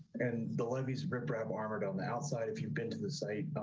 and the levees rip rab armored on the outside. if you've been to the site,